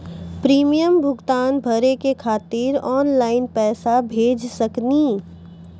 Premium भुगतान भरे के खातिर ऑनलाइन पैसा भेज सकनी?